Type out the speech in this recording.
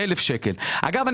אגב,